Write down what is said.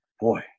boy